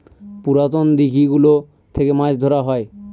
পুরাতন দিঘি গুলো থেকে মাছ ধরা হয়